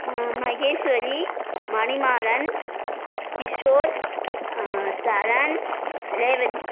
Maheshwari Manimaran Kishore Charan Revathi